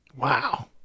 wow